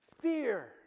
Fear